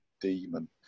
demon